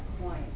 point